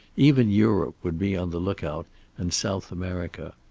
even europe would be on the lookout and south america.